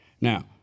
Now